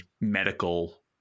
medical